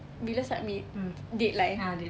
bila submit deadline